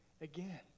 again